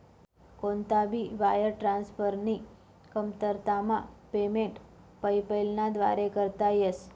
कोणता भी वायर ट्रान्सफरनी कमतरतामा पेमेंट पेपैलना व्दारे करता येस